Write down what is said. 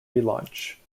relaunch